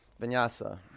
Vinyasa